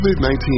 COVID-19